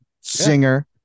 singer